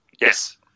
Yes